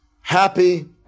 happy